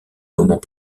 moment